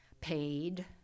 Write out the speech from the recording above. paid